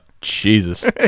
Jesus